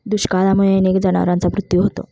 दुष्काळामुळे अनेक जनावरांचा मृत्यू होतो